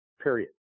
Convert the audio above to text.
period